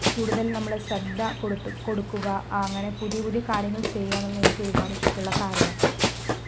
കൂടുതൽ നമ്മൾ ശ്രദ്ധ കൊടുത്തു കൊടുക്കുക ആ അങ്ങനെ പുതിയ പുതിയ കാര്യങ്ങൾ ചെയ്യുകയെന്നുള്ളത് എനിക്ക് ഒരുപാട് ഇഷ്ടമുള്ള കാര്യമാണ്